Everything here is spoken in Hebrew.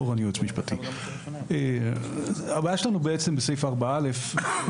הבעיה שלנו בסעיף 4(א).